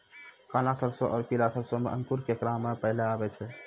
काला सरसो और पीला सरसो मे अंकुर केकरा मे पहले आबै छै?